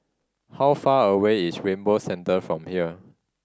how far away is Rainbow Centre from here